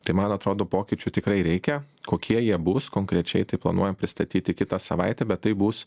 tai man atrodo pokyčių tikrai reikia kokie jie bus konkrečiai tai planuojam pristatyti kitą savaitę bet tai bus